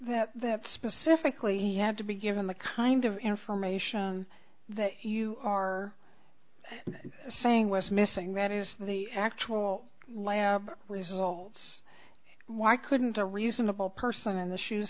that that specifically have to be given the kind of information that you are saying was missing that is the actual lab results why couldn't a reasonable person in the shoes